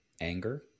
anger